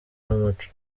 n’umuco